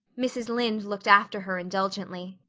mrs. lynde looked after her indulgently.